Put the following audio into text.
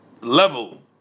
level